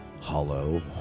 Hollow